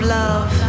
love